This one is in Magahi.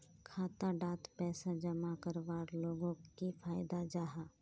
खाता डात पैसा जमा करवार लोगोक की फायदा जाहा?